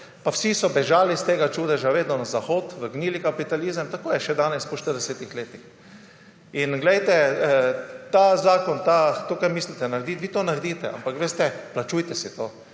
pa vsi so bežali iz tega čudeža vedno na zahod, v gnili kapitalizem, tako je še danes po 40 letih. Ta zakon, to, kar mislite narediti, naredite, ampak plačujte si to.